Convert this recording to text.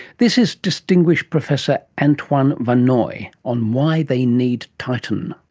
this is distinguished professor antoine van oijen on why they need titan.